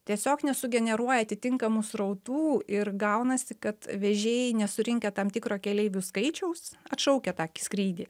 tiesiog nesugeneruoja atitinkamų srautų ir gaunasi kad vežėjai nesurinkę tam tikro keleivių skaičiaus atšaukia tą skrydį